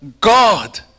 God